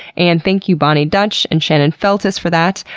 and thank you boni dutch and shannon feltus for that.